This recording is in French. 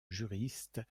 juristes